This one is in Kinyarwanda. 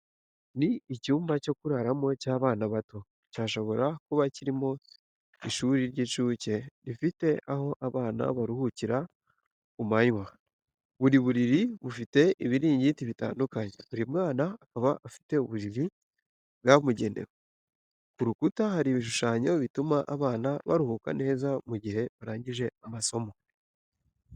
Ni icyumba cyo kuraramo cy’abana bato, cyashobora kuba kirimo ishuri ry’incuke rifite aho abana baruhukira ku manywa, buri buriri bufite ibiringiti bitandukanye, buri mwana akaba afite uburiri bwamugenewe. Ku rukuta hari ibishushanyo bituma abana baruhuka neza mu gihe barangije amasomo.